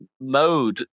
mode